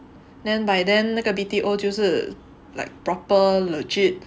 then by then 那个 B_T_O 就是 like proper legit